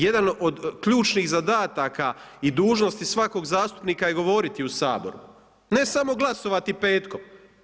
Jedan od ključnih zadataka i dužnosti svakog zastupnika je govoriti u Saboru, ne samo glasovati petkom.